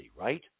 right